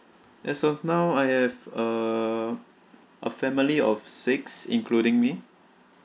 as of now I have uh a family of six including me